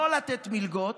לא לתת מלגות.